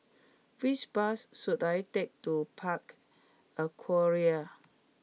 which bus should I take to Park Aquaria